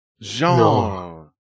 Jean